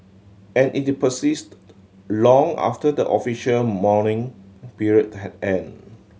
and it persisted long after the official mourning period had ended